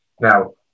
Now